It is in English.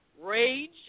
rage